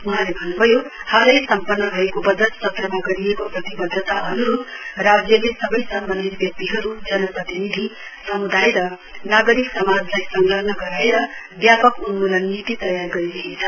वहाँले अन्नुभयो हालै सम्पन्न भएको बजट सत्रमा गरिएको प्रतिबद्धता अनुरूप राज्यले सबै सम्बन्धित व्यक्तिहरू जन प्रतिनिधि समुदाय र नागरिक समाजलाई संलग्न गराएर व्यापक उन्मूलन नीति तयार गरिरहेछ